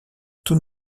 tout